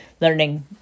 learning